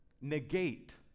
negate